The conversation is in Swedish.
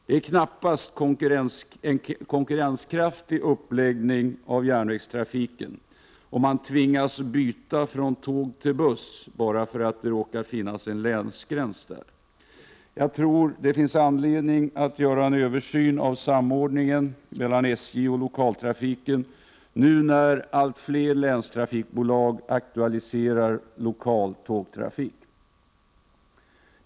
Det är knappast en konkurrenskraftig uppläggning av järnvägstrafiken, om man tvingas byta från tåg till buss bara för att det råkar finnas en länsgräns som skall passeras. Jag tror att det finns anledning att göra en översyn av samordningen mellan SJ och lokaltrafiken, nu när allt fler länstrafikbolag aktualiserar lokal tågtrafik.